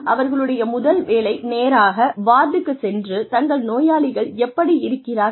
அவர்களுடைய முதல் வேலை நேராக வார்டுக்கு சென்று தங்கள் நோயாளிகள் எப்படி இருக்கிறார்கள்